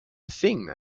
thing